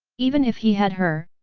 even if he had her,